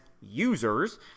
users—